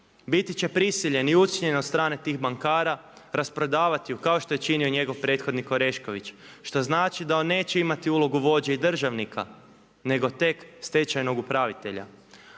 biti će prisiljen i ucijenjen od strane tih bankara rasprodavati ju kao što je činio i njegov prethodnik Orešković, što znači da on neće imati ulogu vođe i državnika, nego tek stečajnog upravitelja.